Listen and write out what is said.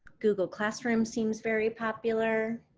google classroom seems very popular.